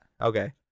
Okay